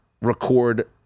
record